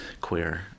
queer